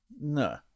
No